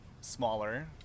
smaller